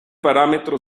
parámetro